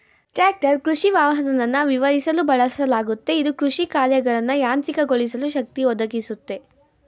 tractor ಕೃಷಿವಾಹನನ ವಿವರಿಸಲು ಬಳಸಲಾಗುತ್ತೆ ಇದು ಕೃಷಿಕಾರ್ಯಗಳನ್ನ ಯಾಂತ್ರಿಕಗೊಳಿಸಲು ಶಕ್ತಿ ಒದಗಿಸುತ್ತೆ